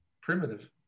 primitive